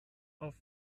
auf